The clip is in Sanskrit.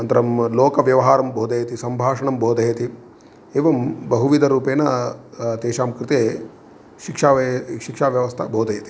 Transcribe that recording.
अनन्तरं लोकव्यवहारं बोधयति संभाषणं बोधयति एवं बहुविधरूपेण तेषां कृते शिक्षावै शिक्षाव्यवस्था बोधयति